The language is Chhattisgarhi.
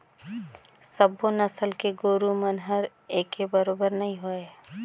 सबो नसल के गोरु मन हर एके बरोबेर नई होय